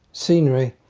scenery,